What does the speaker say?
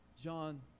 John